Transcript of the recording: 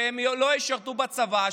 שלא ישרתו בצבא,